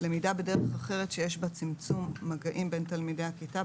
למידה בדרך אחרת שיש בה צמצום מגעים בין תלמידי הכיתה,